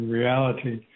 reality